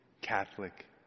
Catholic